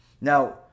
now